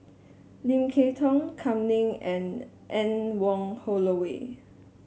Lim Kay Tong Kam Ning and Anne Wong Holloway